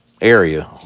area